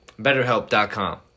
BetterHelp.com